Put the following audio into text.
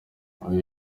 uyu